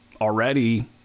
already